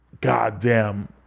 goddamn